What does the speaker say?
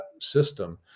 system